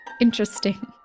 Interesting